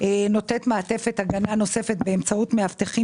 נותנת מעטפת הגנה נוספת באמצעות מאבטחים